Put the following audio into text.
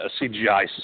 CGI